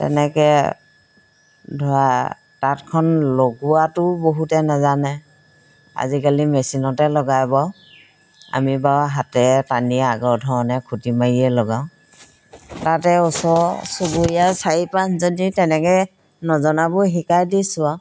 তেনেকৈ ধৰা তাঁতখন লগোৱাটো বহুতে নাজানে আজিকালি মেচিনতে লগাই আমি বাৰু হাতেৰে টানি আগৰ ধৰণে খুটি মাৰিয়ে লগাওঁ তাতে ওচৰ চুবুৰীয়া চাৰি পাঁচজনী তেনেকৈ নজনাবোৰ শিকাই দিছোঁ আৰু